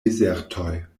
dezertoj